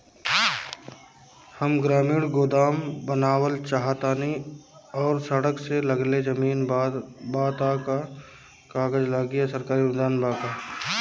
हम ग्रामीण गोदाम बनावल चाहतानी और सड़क से लगले जमीन बा त का कागज लागी आ सरकारी अनुदान बा का?